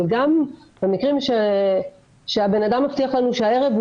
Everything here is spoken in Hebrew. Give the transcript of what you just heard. אבל גם במקרים שהבנאדם מבטיח לנו שהערב הוא